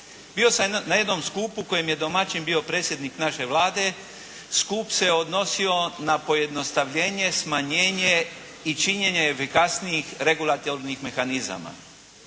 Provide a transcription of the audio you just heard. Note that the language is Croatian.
Bio sam na jednom skupu kojem je domaćin bio predsjednik naše Vlade, skup se odnosio na pojednostavljenje, smanjenje i činjenje efikasnijih regulatornih mehanizama.